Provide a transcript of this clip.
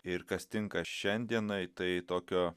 ir kas tinka šiandienai tai tokio